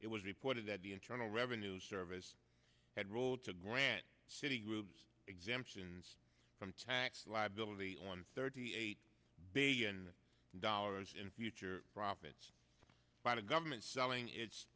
it was reported that the internal revenue service federal to grant citi group has exemptions from tax liability on thirty eight billion dollars in future profits by the government selling it